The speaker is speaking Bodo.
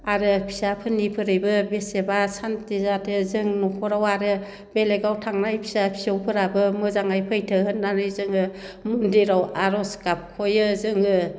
आरो फिसाफोरनिफोरैबो बेसेबा सान्थि जादो जों न'खराव आरो बेलेगाव थांनाय फिसा फिसौफोराबो मोजाङै फैथो होननानै जोङो मन्दिराव आर'ज गाबख'यो जोङो